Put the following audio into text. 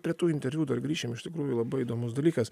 prie tų interviu dar grįšim iš tikrųjų labai įdomus dalykas